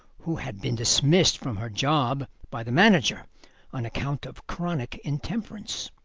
who had been dismissed from her job by the manager on account of chronic intemperance.